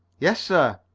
yes, sir.